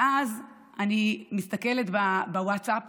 ואז אני מסתכלת בווטסאפ